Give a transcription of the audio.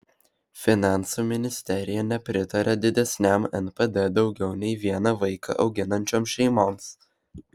finansų ministerija nepritaria didesniam npd daugiau nei vieną vaiką auginančioms šeimoms